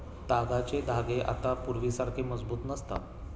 तागाचे धागे आता पूर्वीसारखे मजबूत नसतात